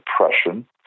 depression